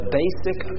basic